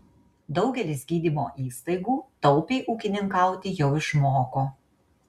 daugelis gydymo įstaigų taupiai ūkininkauti jau išmoko